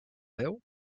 veu